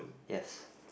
yes